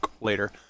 later